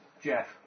Jeff